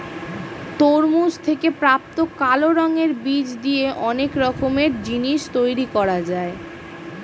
তরমুজ থেকে প্রাপ্ত কালো রঙের বীজ দিয়ে অনেক রকমের জিনিস তৈরি করা যায়